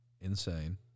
Insane